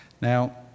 Now